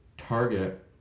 target